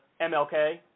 MLK